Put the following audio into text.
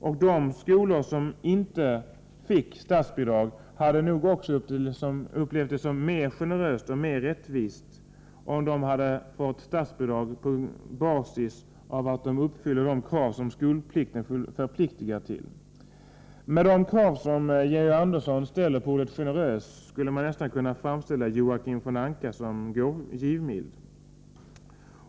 Och de skolor som inte fick statsbidrag hade nog också upplevt det som mer generöst och mer rättvist, om de hade fått statsbidrag på basis av att de uppfyller de krav som skolplikten innebär. Med de krav Georg Andersson ställer på ordet generös skulle man nästan kunna framställa Joakim von Anka som givmild.